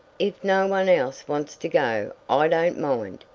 if no one else wants to go i don't mind,